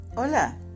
Hola